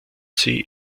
sie